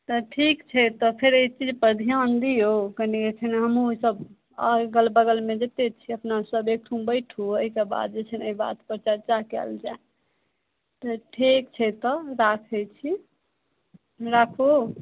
तऽ ठीक छै तऽ फेर एहि चीजपर धिआन दिऔ कनि एखन हमहूँसभ अगल बगलमे जतेक छी अपनासभ एकठाम बैठू एहिके बाद जे छै ने एहि बातपर चरचा कएल जाए तऽ ठीक छै तऽ राखै छी राखूऽ